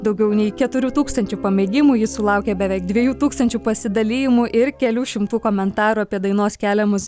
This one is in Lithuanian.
daugiau nei keturių tūkstančių pamėgimų ji sulaukė beveik dvejų tūkstančių pasidalijimų ir kelių šimtų komentarų apie dainos keliamus